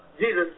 Jesus